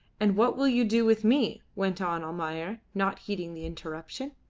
and what will you do with me? went on almayer, not heeding the interruption.